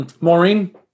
Maureen